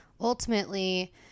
ultimately